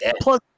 Plus